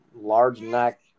large-neck